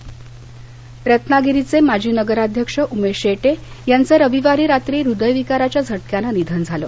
रत्नागिरी रत्नागिरीचे माजी नगराध्यक्ष उमेश शेट्ये यांचं रविवारी रात्री हृदयविकाराच्या झटक्यानं निधन झालं